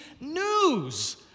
news